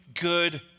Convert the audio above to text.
good